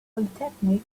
polytechnic